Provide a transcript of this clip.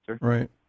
right